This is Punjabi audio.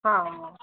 ਹਾਂ